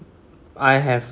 I have